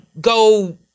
go